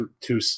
two